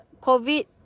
COVID